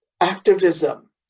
activism